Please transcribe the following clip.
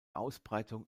ausbreitung